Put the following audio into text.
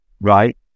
right